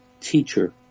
teacher